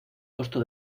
costo